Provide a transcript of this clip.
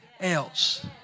else